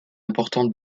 importante